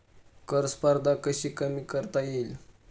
कर स्पर्धा कशी कमी करता येईल?